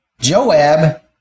Joab